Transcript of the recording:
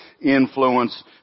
influence